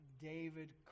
David